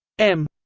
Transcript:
m.